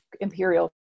imperial